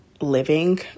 living